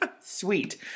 Sweet